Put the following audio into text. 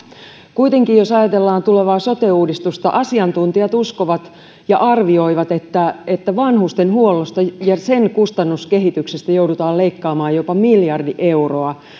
kuitenkin jos ajatellaan tulevaa sote uudistusta asiantuntijat uskovat ja arvioivat että että vanhustenhuollosta ja sen kustannuskehityksestä joudutaan leikkaamaan jopa miljardi euroa